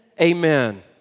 amen